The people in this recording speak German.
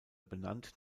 benannt